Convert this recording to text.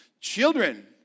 Children